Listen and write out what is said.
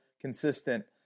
consistent